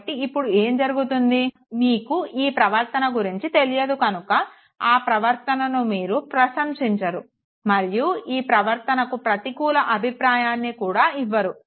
కాబట్టి ఇప్పుడు ఏం జరుగుతుంది మీరు ఈ ప్రవర్తన గురించి తెలియదు కనుక ఈ ప్రవర్తనను మీరు ప్రశంసించరు మరియు ఈ ప్రవర్తనకు ప్రతికూల అభిప్రాయాన్నికూడా ఇవ్వరు